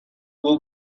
will